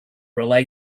relay